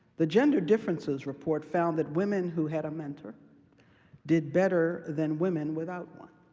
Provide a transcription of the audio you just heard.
the gender differences report found that women who had a mentor did better than women without one.